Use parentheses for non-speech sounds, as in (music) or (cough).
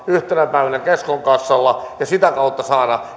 yhtenä päivänä keskon kassalla ja sitä kautta saada (unintelligible)